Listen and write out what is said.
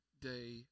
day